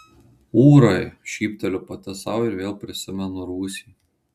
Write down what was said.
ūrai šypteliu pati sau ir vėl prisimenu rūsį